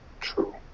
True